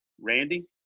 Randy